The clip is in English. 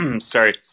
Sorry